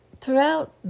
throughout